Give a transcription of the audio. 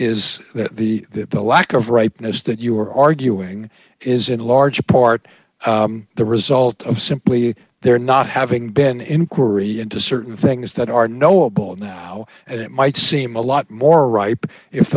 is the that the lack of ripeness that you are arguing is in large part the result of simply they're not having been inquiry into certain things that are knowable now and it might seem a lot more ripe if